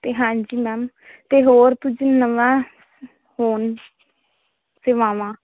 ਤੇ ਹਾਂਜੀ ਮੈਮ ਤੇ ਹੋਰ ਕੁਝ ਨਵਾਂ ਫੋਨ ਸੇਵਾਵਾਂ